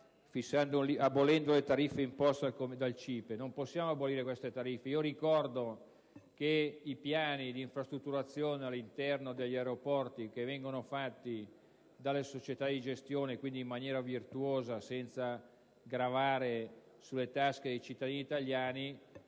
non possiamo abolire queste tariffe. Ricordo che i piani di infrastrutturazione all'interno degli aeroporti, predisposti dalle società di gestione e, quindi, in maniera virtuosa e senza gravare sulle tasche dei cittadini italiani,